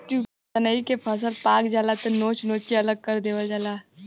जब सनइ के फसल पाक जाला त नोच नोच के अलग कर देवल जाला